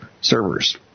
servers